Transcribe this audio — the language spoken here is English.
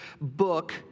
book